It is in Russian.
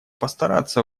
постараться